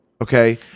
Okay